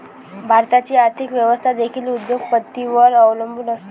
भारताची आर्थिक व्यवस्था देखील उद्योग पतींवर अवलंबून आहे